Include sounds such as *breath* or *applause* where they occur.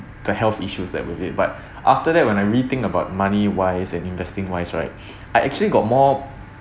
the health issues that with it but after that when I'm re think about money wise and investing wise right *breath* I actually got more